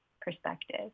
perspective